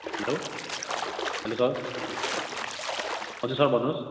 हलो hello sir हजुर sir भन्नुहोस्